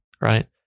right